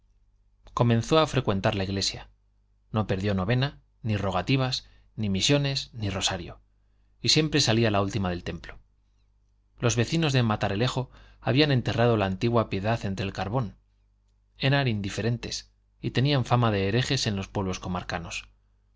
comenzó a frecuentar la iglesia no perdió novena ni rogativas ni misiones ni rosario y siempre salía la última del templo los vecinos de matalerejo habían enterrado la antigua piedad entre el carbón eran indiferentes y tenían fama de herejes en los pueblos comarcanos